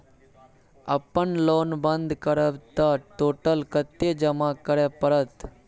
अपन लोन बंद करब त टोटल कत्ते जमा करे परत?